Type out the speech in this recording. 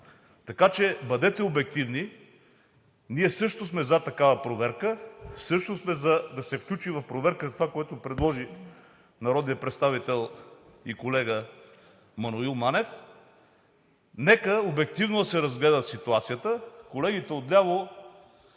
Така че бъдете обективни. Ние също сме за такава проверка. Също сме да се включи в проверката това, което предложи народният представител и колега Маноил Манев. Нека обективно да се разгледа ситуацията. Колегите отляво